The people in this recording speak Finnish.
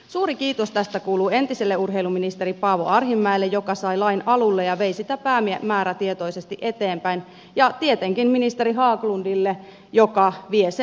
suuri kiitos tästä kuuluu entiselle urheiluministeri paavo arhinmäelle joka sai lain alulle ja vei sitä päämäärätietoisesti eteenpäin ja tietenkin ministeri haglundille joka vie sen maaliin